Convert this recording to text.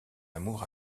amour